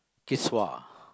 kids who are